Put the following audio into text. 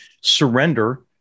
surrender